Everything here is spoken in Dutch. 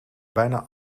bijna